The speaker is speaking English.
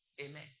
Amen